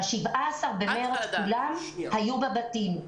ב-17 במרץ כולם היו בבתים,